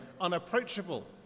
unapproachable